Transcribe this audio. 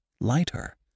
lighter